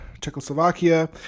Czechoslovakia